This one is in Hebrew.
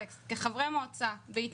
שוב, לא כל